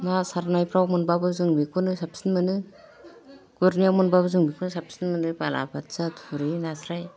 ना सारनायफ्राव मोनबाबो जों बेखौनो साबसिन मोनो गुरनायाव मोनबाबो जों बिखौनो साबसिन मोनो बालाबाथिया थुरि नास्राय